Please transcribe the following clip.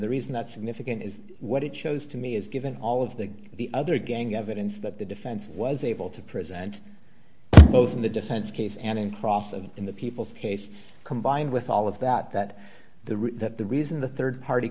the reason that significant is what it shows to me is given all of the the other gang evidence that the defense was able to present both in the defense case and in cross and in the people's case combined with all of that that the that the reason the rd party